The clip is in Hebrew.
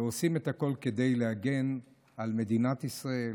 ועושים הכול כדי להגן על מדינת ישראל,